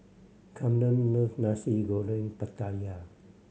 Camron love Nasi Goreng Pattaya